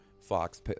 fox